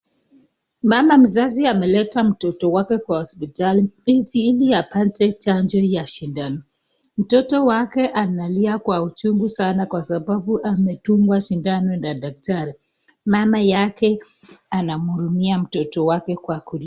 Mama mzazi ameleta mtoto wake kwa hospitali jinsi hili apata janjo ya sindano, Mtoto wake analia kwa uchungu sana kwa sababu amedungwa sindano na daktari, Mama yake anamhurumia mtoto wake kwa kulia.